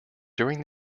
during